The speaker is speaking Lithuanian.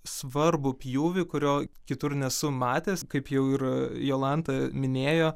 svarbų pjūvį kurio kitur nesu matęs kaip jau ir jolanta minėjo